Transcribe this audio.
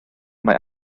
mae